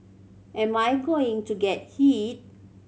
am I going to get hit